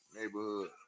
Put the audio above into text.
Neighborhood